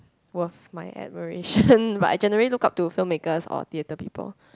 worth my admiration but I generally look up to film makers or theatre people